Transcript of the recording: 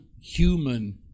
human